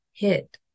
hit